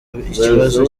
ikibazo